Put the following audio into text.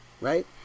Right